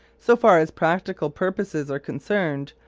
so far as practical purposes are concerned,